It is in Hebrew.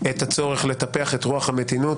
את הצורך לטפח את רוח המתינות,